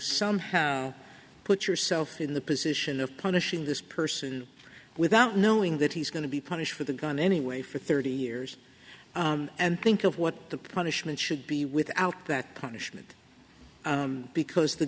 somehow put yourself in the position of punishing this person without knowing that he's going to be punished for the gun anyway for thirty years and think of what the punishment should be without that punishment because the